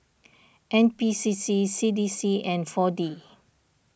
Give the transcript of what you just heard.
N P C C C D C and four D